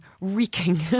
reeking